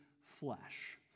flesh